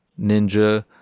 ninja